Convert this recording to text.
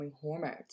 hormones